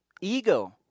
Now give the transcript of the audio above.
ego